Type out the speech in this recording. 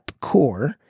core